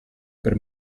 per